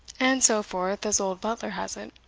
and so forth, as old butler has it.